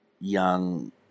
young